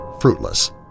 fruitless